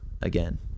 again